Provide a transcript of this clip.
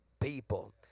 people